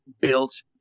built